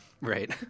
Right